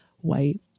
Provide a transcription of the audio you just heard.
White